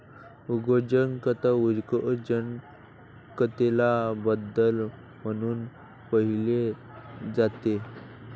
उद्योजकता उद्योजकतेला बदल म्हणून पाहिले जाते